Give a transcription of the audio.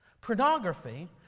pornography